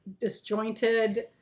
disjointed